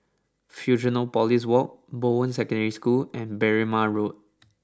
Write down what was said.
Fusionopolis Walk Bowen Secondary School and Berrima Road